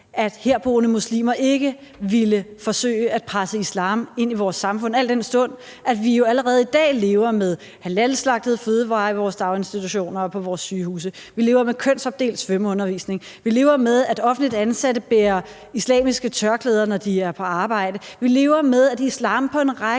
at herboende muslimer ikke ville forsøge at presse islam ind i vores samfund, al den stund vi jo allerede i dag lever med halalslagtet fødevarer i vores daginstitutioner og på vores sygehuse. Vi lever med kønsopdelt svømmeundervisning. Vi lever med, at offentligt ansatte bærer islamiske tørklæder, når de er på arbejde. Vi lever med, at islam på en række